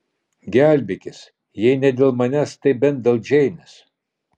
gelbėkis jei ne dėl manęs tai bent dėl džeinės